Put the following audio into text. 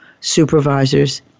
supervisors